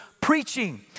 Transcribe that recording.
preaching